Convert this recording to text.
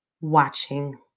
watching